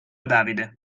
davide